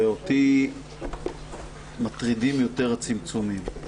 ואותי מטרידים יותר הצמצומים.